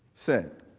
said.